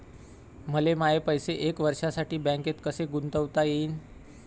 मले माये पैसे एक वर्षासाठी बँकेत कसे गुंतवता येईन?